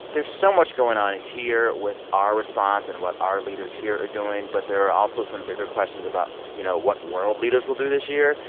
there's so much going on here with our response and what our leaders here are doing. but there are also some bigger questions about, you know, what world leaders will do this year,